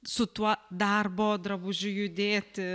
su tuo darbo drabužiu judėti